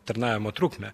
tarnavimo trukmę